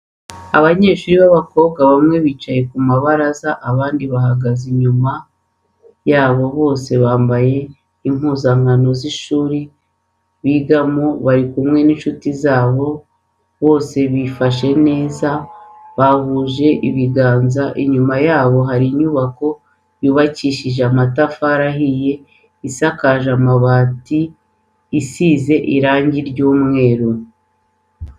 Abanyeshuri b'abakobwa bamwe bicaye ku mabaraza abandi bahagaze inyuma yabo bose bambaye impuzankano z'ishuri bigamo bari kumwe n'inshuti zabo bose bifashe neza bahuje ibiganza ,inyuma yabo hari inyubako yubakishije amatafari ahiye isakaje amabati izize irangi ry'umweru.